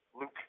Luke